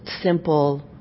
simple